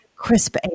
Crisp